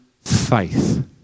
faith